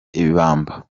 ibamba